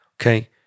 okay